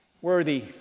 Worthy